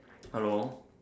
hello